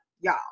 y'all